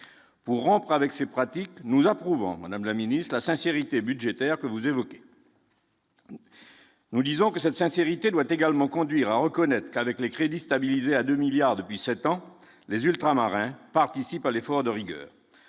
pour rompre avec ces pratiques, nous approuvons, Madame la Ministre, sincérité budgétaire que vous évoquez. Nous disons que cette sincérité doit également conduire à reconnaître qu'avec les crédits stabilisés à 2 milliards depuis 7 ans les ultramarins participent à l'effort de rigueur